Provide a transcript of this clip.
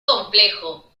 complejo